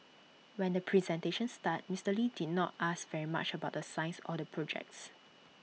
when the presentation started Mister lee did not ask very much about the science or the projects